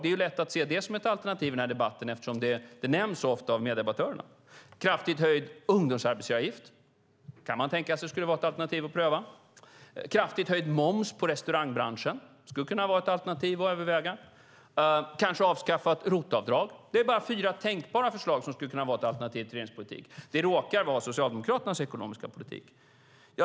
Det är lätt att se det som ett alternativ i den här debatten eftersom det så ofta nämns av meddebattörerna. Kraftigt höjd ungdomsarbetsgivaravgift kan man tänka sig som ett alternativ att pröva, kraftigt höjd moms i restaurangbranschen skulle kunna vara ett alternativ att överväga, kanske även avskaffat ROT-avdrag. Det är fyra tänkbara förslag som skulle kunna vara ett alternativ till regeringens politik. De råkar vara Socialdemokraternas ekonomiska politik.